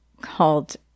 called